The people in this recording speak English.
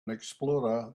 explorer